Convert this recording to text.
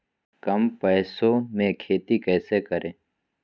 कम पैसों में खेती कैसे करें?